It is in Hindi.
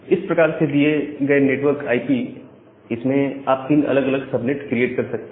इस प्रकार से दिए गए नेटवर्क आईपी इसमें आप तीन अलग अलग सब नेट क्रिएट कर सकते हैं